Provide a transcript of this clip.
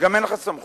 וגם אין לך סמכות.